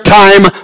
time